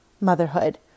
motherhood